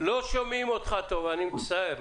לא שומעים אותך טוב, אני מצטער.